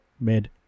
mid